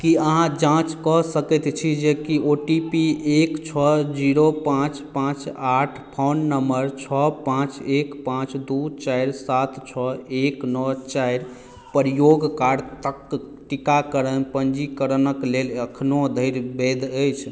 की अहाँ जाँच कऽ सकैत छी जे की ओ टी पी एक छओ जीरो पाँच पाँच आठ फोन नंबर छओ पाँच एक पाँच दू चारि सात छओ एक नओ चारि प्रयोगकर्ताक टीकाकरण पंजीकरणक लेल एखनो धरि वैध अछि